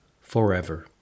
forever